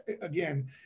again